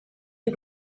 you